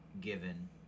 given